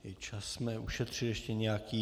I čas jsme ušetřili ještě nějaký.